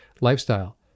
lifestyle